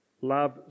love